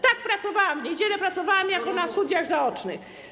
Tak, pracowałam w niedziele, pracowałam na studiach zaocznych.